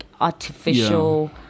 artificial